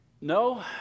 No